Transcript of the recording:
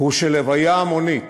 הוא שלוויה המונית